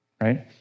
Right